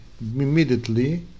immediately